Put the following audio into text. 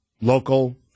local